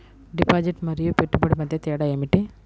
Deposit మరియు పెట్టుబడి మధ్య తేడా ఏమిటి?